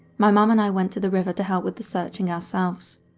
my mom and i went to the river to help with the searching ourselves.